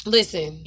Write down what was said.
Listen